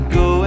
go